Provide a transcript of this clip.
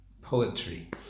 poetry